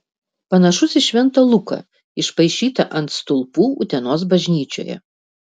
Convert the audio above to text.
panašus į šventą luką išpaišytą ant stulpų utenos bažnyčioje